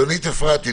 יונית אפרתי,